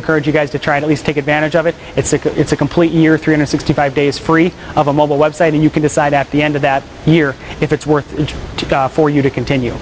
encourage you guys to try to take advantage of it it's a complete year three hundred sixty five days free of a mobile website and you can decide at the end of that year if it's worth for you to continue